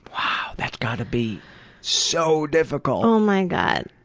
wow, that's gotta be so difficult. oh my god.